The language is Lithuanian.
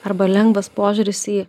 arba lengvas požiūris į jį